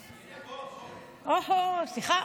סליחה,